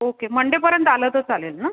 okay मंडेपर्यंत आलं तर चालेल ना